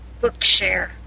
Bookshare